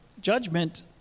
Judgment